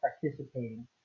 participating